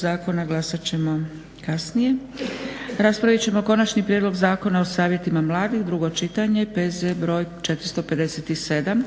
Dragica (SDP)** Raspravit ćemo - Konačni prijedlog zakona o savjetima mladih, drugo čitanje, PZ br. 457